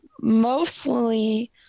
Mostly